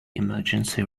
emergency